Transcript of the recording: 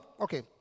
okay